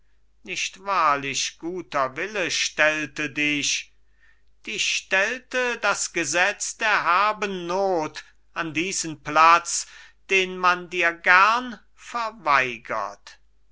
nicht wahrlich guter wille stellte dich dich stellte das gesetz der herben not an diesen platz den man dir gern verweigert